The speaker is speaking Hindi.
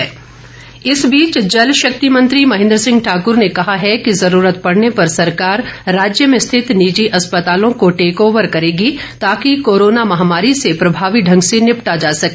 महेन्द्र सिंह इस बीच जल शक्ति मंत्री महेन्द्र सिंह ठाकुर ने कहा है कि ज़रूरत पड़ने पर सरकार राज्य में स्थित निजी अस्पतालों को टेक ओवर करेगी ताकि कोरोना महामारी से प्रभावी ढंग से निपटा जा सके